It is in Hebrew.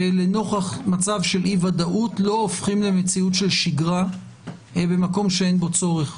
לנוכח מצב של אי ודאות לא הופכים למציאות של שגרה במקום שאין בו צורך.